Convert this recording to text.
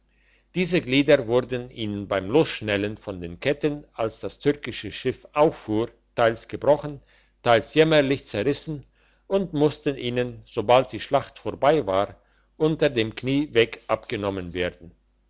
diese glieder wurden ihnen beim losschnellen von den ketten als das türkische schiff auffuhr teils gebrochen teils jämmerlich zerrissen und mussten ihnen sobald die schlacht vorbei war unter dem knie weg abgenommen werden